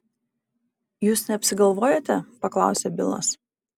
jūs neapsigalvojote paklausė bilas